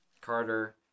Carter